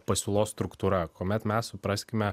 pasiūlos struktūra kuomet mes supraskime